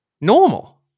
normal